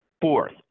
Fourth